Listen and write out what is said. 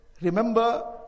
Remember